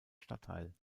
stadtteil